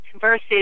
versus